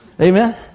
Amen